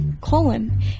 colon